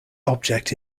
object